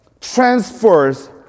transfers